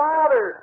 Father